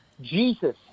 Jesus